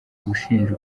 gushinja